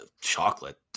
Chocolate